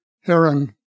Heron